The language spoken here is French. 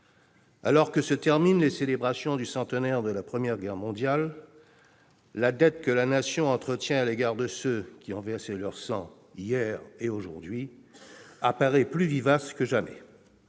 Alors que se terminent les célébrations du centenaire de la Première Guerre mondiale, la dette que la Nation entretient à l'égard de ceux qui ont versé leur sang hier et aujourd'hui apparaît plus vivace que jamais.